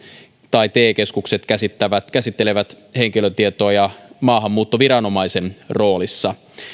tai te keskukset käsittelevät käsittelevät henkilötietoja maahanmuuttoviranomaisen roolissa